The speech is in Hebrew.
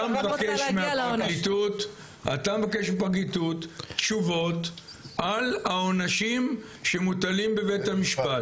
אתה מבקש מהפרקליטות תשובות על העונשים שמוטלים בבית המשפט,